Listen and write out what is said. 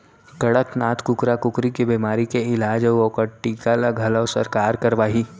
कड़कनाथ कुकरा कुकरी के बेमारी के इलाज अउ ओकर टीका ल घलौ सरकार हर करवाही